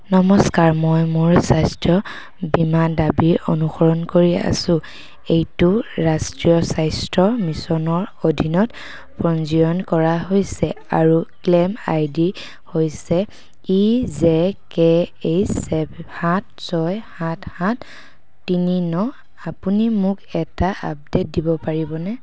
নমস্কাৰ মই মোৰ স্বাস্থ্য বীমা দাবীৰ অনুসৰণ কৰি আছোঁ এইটো ৰাষ্ট্ৰীয় স্বাস্থ্য মিছনৰ অধীনত পঞ্জীয়ন কৰা হৈছে আৰু ক্লেইম আইডি হৈছে E J K H C সাত ছয় সাত সাত তিনি ন আপুনি মোক এটা আপডেট দিব পাৰিবনে